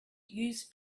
used